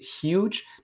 huge